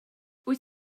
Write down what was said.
wyt